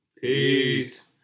peace